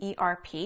ERP